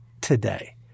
today